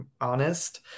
honest